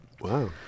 Wow